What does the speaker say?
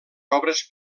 obres